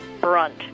brunt